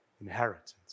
inheritance